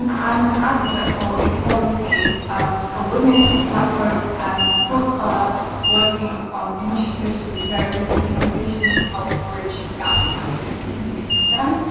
i'm an advocate for equality for women, black folks, and full colour working on initiatives with varying organisations to help bridge gaps ah specifically in stem.